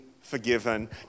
forgiven